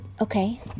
okay